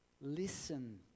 Listen